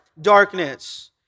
darkness